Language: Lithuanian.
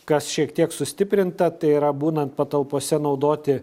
kas šiek tiek sustiprinta tai yra būnant patalpose naudoti